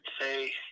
say